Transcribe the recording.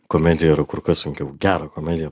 komedija yra kur kas sunkiau gerą komediją